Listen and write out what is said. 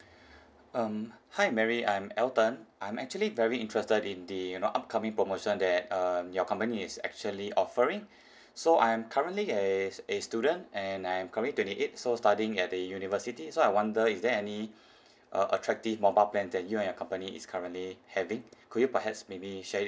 um hi mary I'm elton I'm actually very interested in the you know upcoming promotion that um your company is actually offering so I am currently a a student and I am currently twenty eight so studying at the university so I wonder is there any uh attractive mobile plan that you and your company is currently having could you perhaps maybe share it